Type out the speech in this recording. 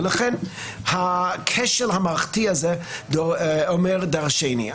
ולכן הכשל המערכתי הזה אומר דרשני.